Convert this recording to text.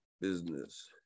business